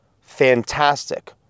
fantastic